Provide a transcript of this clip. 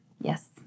Yes